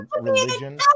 religion